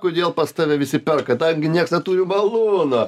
kodėl pas tave visi perka kadangi nieks neturi malūno